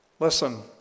Listen